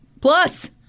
Plus